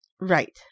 Right